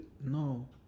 No